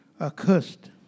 accursed